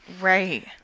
Right